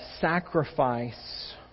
sacrifice